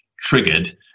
triggered